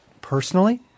personally